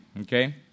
okay